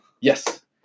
Yes